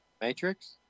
Matrix